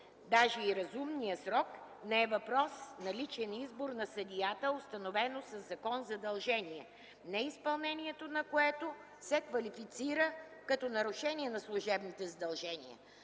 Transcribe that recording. даже разумния срок не е въпрос на личен избор на съдията, а установено със закон задължение, неизпълнението на което се квалифицира като нарушение на служебните задължения.